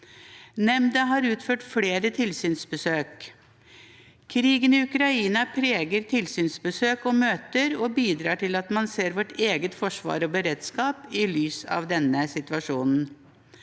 Nemnda har utført flere tilsynsbesøk. Krigen i Ukraina preger tilsynsbesøk og møter og bidrar til at man ser vårt eget forsvar og vår egen beredskap i lys av denne situasjonen.